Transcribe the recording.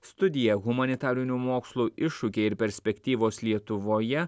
studija humanitarinių mokslų iššūkiai ir perspektyvos lietuvoje